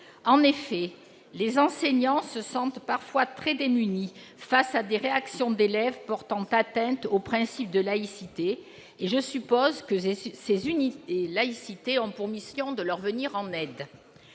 En effet, les enseignants se sentent parfois très démunis face à des réactions d'élèves portant atteinte au principe de laïcité. Je suppose que ces unités ont pour mission de leur venir en aide.